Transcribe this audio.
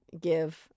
give